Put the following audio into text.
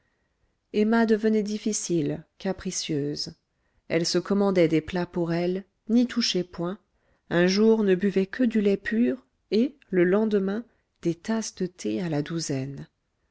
emma devenait difficile capricieuse elle se commandait des plats pour elle n'y touchait point un jour ne buvait que du lait pur et le lendemain des tasses de thé à la douzaine